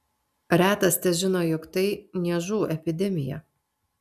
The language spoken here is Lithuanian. retas težino jog tai niežų epidemija